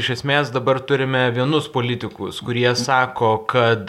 iš esmės dabar turime vienus politikus kurie sako kad